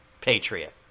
patriot